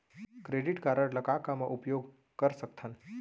Credit card ला का का मा उपयोग कर सकथन?